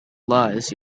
lies